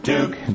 Duke